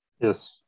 Yes